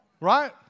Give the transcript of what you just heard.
Right